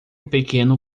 pequeno